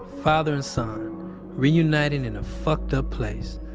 father and son reunited in a fucked up place.